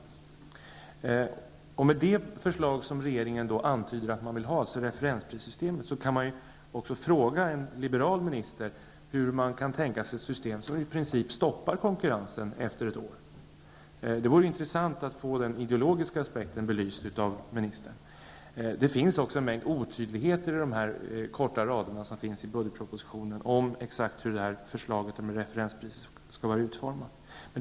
Med tanke på det förslag som regeringen antyder att man vill ha, referensprissystemet, kan man fråga en liberal minister hur han kan tänka sig ett system som i princip stoppar konkurrensen efter ett år. Det vore intressant att få den ideologiska aspekten belyst av ministern. I de få raderna i budgetpropositionen om hur referensprissystemet skall vara utformat finns också en mängd otydligheter.